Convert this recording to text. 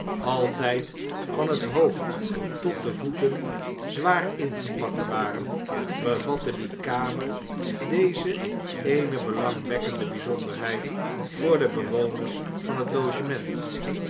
altijd van het hoofd tot de voeten zwaar ingepakt waren bevatte die kamer deze eene belangwekkende byzonderheid voor de bewoners van het logement